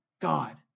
God